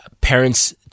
parents –